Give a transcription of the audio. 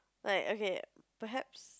like okay perhaps